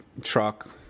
truck